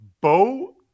Bo